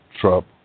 Trump